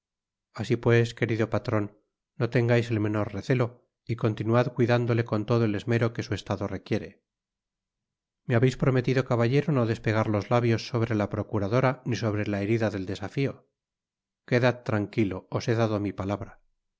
así pues querido patron no lengais el menor recelo y continuad cuidándole con todo el esmero que su estado requiere me habeis prometido caballero no despegar los labios sobre la procuradora ni sobre la herida del desafío quedad tranquilo os he dado mi palabra